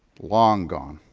long gone.